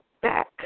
back